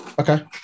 Okay